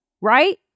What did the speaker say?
Right